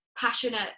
passionate